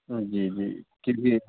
ہاں جی جی